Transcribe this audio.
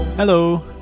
Hello